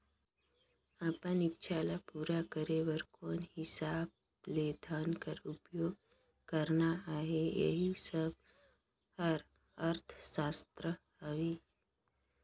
अपन इक्छा ल पूरा करे बर कोन हिसाब ले धन कर उपयोग करना अहे एही सब हर अर्थसास्त्र हवे